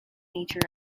nature